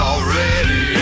Already